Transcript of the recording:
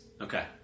Okay